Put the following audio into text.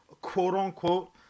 quote-unquote